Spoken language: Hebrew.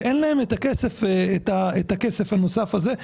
ואין להם את הכסף הנוסף הזה.